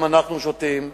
גם אנחנו שותים.